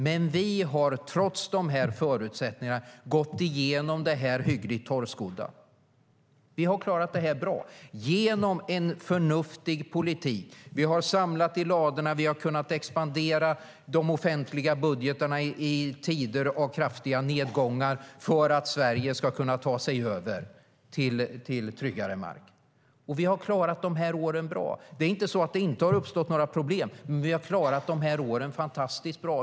Men vi har trots förutsättningarna gått igenom det här hyggligt torrskodda. Vi har klarat det bra genom en förnuftig politik. Vi har samlat i ladorna, och vi har kunnat expandera de offentliga budgetarna i tider av kraftiga nedgångar för att Sverige ska kunna ta sig över till tryggare mark. Vi har klarat dessa år bra. Det är inte så att det inte har uppstått några problem, men vi har klarat dessa år fantastiskt bra.